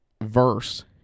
verse